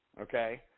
Okay